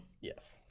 Yes